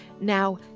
Now